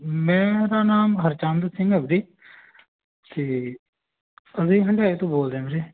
ਮੇਰਾ ਨਾਮ ਹਰਚੰਦ ਸਿੰਘ ਆ ਵੀਰੇ ਅਤੇ ਅਸੀਂ ਹੰਡਿਆਏ ਤੋਂ ਬੋਲਦੇ ਹਾਂ ਵੀਰੇ